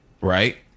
right